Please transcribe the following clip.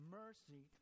mercy